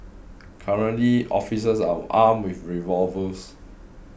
currently officers are armed with revolvers